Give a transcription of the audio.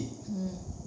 mm